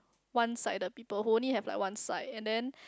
one sided people who only have like one side and then